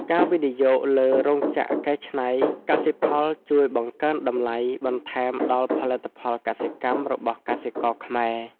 ការវិនិយោគលើរោងចក្រកែច្នៃកសិផលជួយបង្កើនតម្លៃបន្ថែមដល់ផលិតផលកសិកម្មរបស់កសិករខ្មែរ។